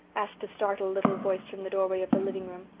asked a startled little voice from the doorway of the living-room.